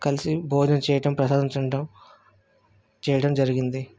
కలసి భోజనం చేయడం ప్రసాదం తినడం చేయడం జరిగింది